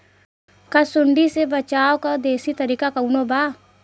का सूंडी से बचाव क देशी तरीका कवनो बा?